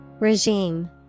Regime